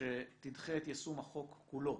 שתדחה את יישום החוק כולו